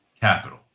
capital